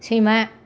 सैमा